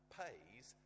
pays